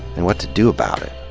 and what to do about it.